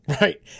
Right